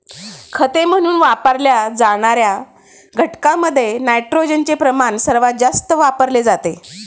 खते म्हणून वापरल्या जाणार्या घटकांमध्ये नायट्रोजनचे प्रमाण सर्वात जास्त वापरले जाते